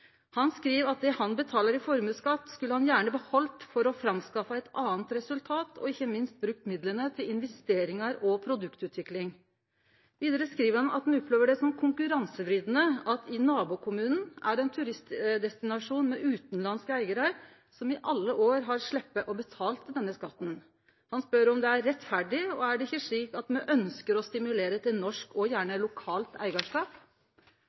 Han skriv at det han betalar i formuesskatt, skulle han gjerne beheldt for å framskaffe eit anna resultat og ikkje minst brukt midlane til investeringar og produktutvikling. Vidare skriv han at han opplever det som konkurransevridande at det i nabokommunen er ein turistdestinasjon med utanlandske eigarar, som i alle år har sloppe å betale denne skatten. Han spør om det er rettferdig – og er det ikkje slik at me ønskjer å stimulere til norsk og gjerne lokalt eigarskap?